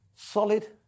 Solid